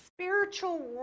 spiritual